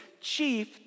chief